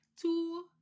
Two